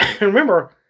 remember